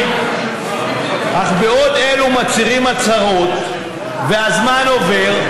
בעוד אלה מצהירים הצהרות והזמן עובר,